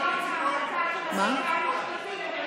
השר איציק כהן.